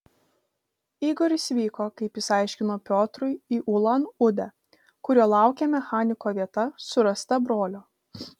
igoris vyko kaip jis aiškino piotrui į ulan udę kur jo laukė mechaniko vieta surasta brolio